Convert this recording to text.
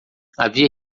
havia